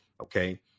Okay